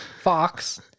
fox